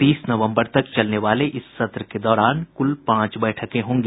तीस नवम्बर तक चलने वाले इस सत्र के दौरान क्ल पांच बैठकें होंगी